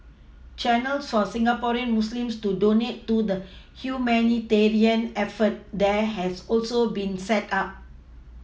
Channels for Singaporean Muslims to donate to the humanitarian effort there has also been set up